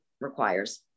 requires